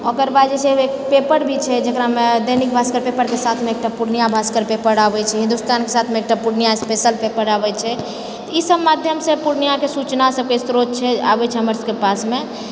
ओकर बाद जे छै पेपर भी छै जेकरामे दैनिक भास्कर पेपरके साथमे पूर्णिया भास्कर पेपर आबै छै हिन्दुस्तानके साथमे एकटा पूर्णिया स्पेशल पेपर आबै छै तऽ ई सब माध्यमसँ पूर्णियाके सूचना सबके स्रोत छै आबै छै हमर सबके पासमे